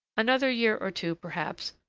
another year or two, perhaps,